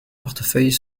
portefeuille